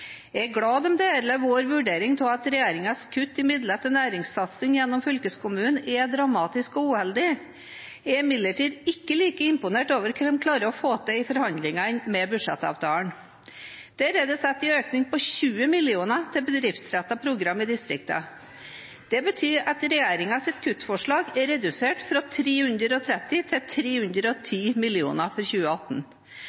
Jeg er glad for at de deler vår vurdering av at regjeringens kutt i midler til næringssatsing gjennom fylkeskommunene er dramatisk og uheldig. Jeg er imidlertid ikke like imponert over hva de har klart å få til i forhandlingene om budsjettavtalen. Der er det satt en økning på 20 mill. kr til bedriftsrettede programmer i distriktene. Det betyr at regjeringens kuttforslag er redusert fra 330 mill. kr til